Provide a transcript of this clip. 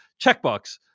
Checkbox